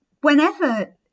whenever